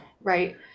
right